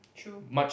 true